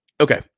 Okay